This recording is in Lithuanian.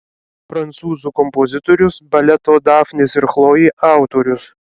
prancūzų kompozitorius baleto dafnis ir chlojė autorius